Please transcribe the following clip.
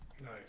Nice